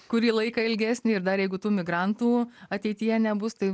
kurį laiką ilgesnį ir dar jeigu tų migrantų ateityje nebus tai